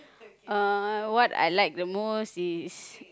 uh what I like the most is